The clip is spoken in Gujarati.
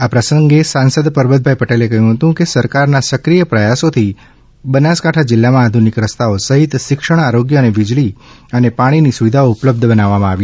આ પ્રસંગે સાંસદ પરબતભાઇ પટેલે કહ્યું કે સરકારના સક્રિય પ્રયાસોથી બનાસકાંઠા જિલ્લામાં આધુનિક રસ્તાઓ સહિત શિક્ષણ આરોગ્ય અને વીજળી અને પાણીની સુવિધાઓ ઉપલબ્ધ બનાવવામાં આવી છે